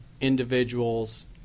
individuals